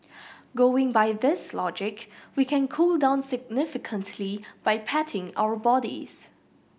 going by this logic we can cool down significantly by patting our bodies